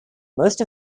most